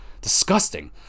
disgusting